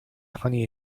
honey